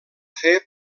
fer